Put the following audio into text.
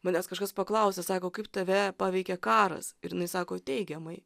manęs kažkas paklausė sako kaip tave paveikė karas ir jinai sako teigiamai